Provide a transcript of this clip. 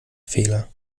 fehler